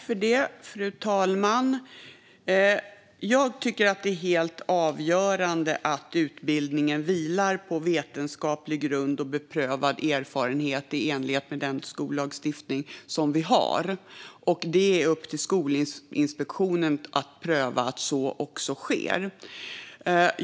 Fru talman! Jag tycker att det är helt avgörande att utbildningen vilar på vetenskaplig grund och beprövad erfarenhet i enlighet med den skollagstiftning vi har, och det är upp till Skolinspektionen att pröva att så också sker.